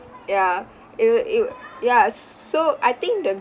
ya it w~ it w~ ya s~ so I think the